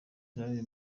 zari